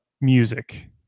music